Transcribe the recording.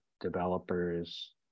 developers